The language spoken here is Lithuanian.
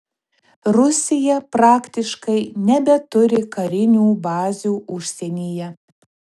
rusija praktiškai nebeturi karinių bazių užsienyje